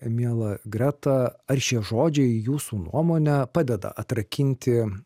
miela greta ar šie žodžiai jūsų nuomone padeda atrakinti